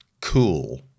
cool